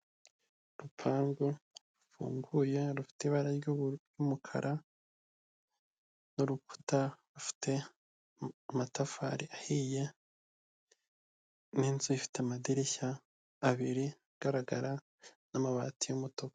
Urupangu rufunguye rufite ibara ry'umukara nurukuta rufite amatafari ahiye n'inzu ifite amadirishya abiri agaragara n'amabati y'umutuku.